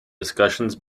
discussions